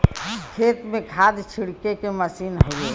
खेत में खाद छिड़के के मसीन हउवे